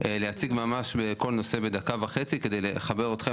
להציג ממש כל נושא בדקה וחצי כדי לחבר אתכם